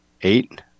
Eight